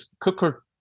cooker